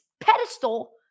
pedestal